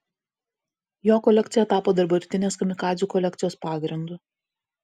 jo kolekcija tapo dabartinės kamikadzių kolekcijos pagrindu